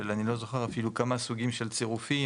שאני לא זוכר אפילו כמה סוגים של צירופים,